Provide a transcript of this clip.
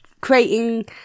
creating